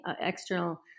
external